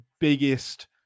biggest